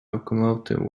locomotive